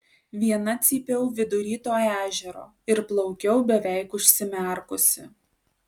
viena cypiau vidury to ežero ir plaukiau beveik užsimerkusi